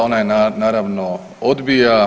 Ona je naravno odbija.